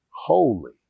holy